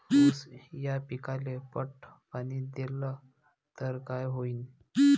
ऊस या पिकाले पट पाणी देल्ल तर काय होईन?